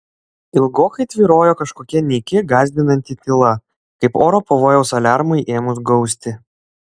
ilgokai tvyrojo kažkokia nyki gąsdinanti tyla kaip oro pavojaus aliarmui ėmus gausti